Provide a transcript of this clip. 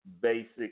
basic